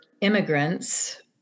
immigrants